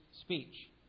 speech